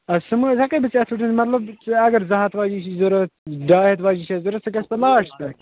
اَدٕ سا مہٕ حظ ہیٚکٕے بہٕ ژےٚ اَتھ پیٚٹھ مَطلَب ژےٚ اگر زٕ ہَتھ واجیٚنۍ چھِ ضروٗرت ڈاے ہَتھ واجیٚنۍ چھِ ضروٗرت سُہ گَژھِ پتہٕ لاسٹَس پیٚٹھ